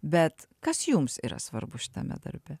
bet kas jums yra svarbu šitame darbe